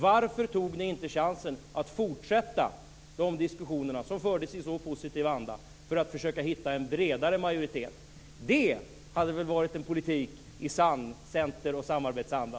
Varför tog ni inte chansen att fortsätta de diskussionerna som fördes i så positiv anda för att försöka hitta en bredare majoritet? Det hade väl varit en politik i sann Center och samarbetsanda.